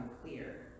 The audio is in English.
clear